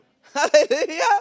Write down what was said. Hallelujah